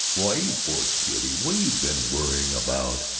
why, you poor kiddy, what you been worrying about?